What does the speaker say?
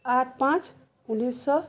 ଆଠ ପାଞ୍ଚ ଉଣେଇଶିଶହ